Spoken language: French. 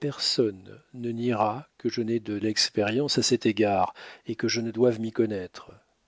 personne ne niera que je n'aie de l'expérience à cet égard et que je ne doive m'y connaître